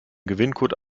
gewinncode